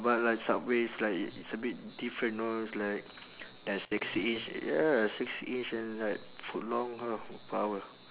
but like subway it's like it's a bit different know it's like there's six inch ya six inch and like foot long power